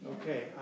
Okay